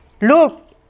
look